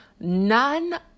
none